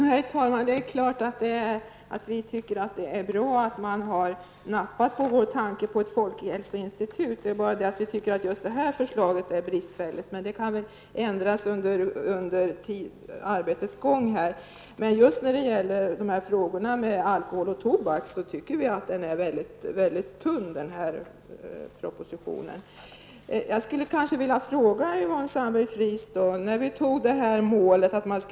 Herr talman! Det är klart att vi tycker att det är bra att man har nappat på vår tanke om ett folkhälsoinstitut. Men just förslaget i fråga är bristfälligt. Men det kanske blir en ändring under arbetets gång. Just när det gäller alkohol och tobaksfrågorna tycker vi att propositionen är väldigt tunn. Målet om en minskning av alkoholkonsumtionen med 25 % under perioden från år 1980 till år 2000 har ju antagits.